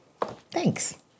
Thanks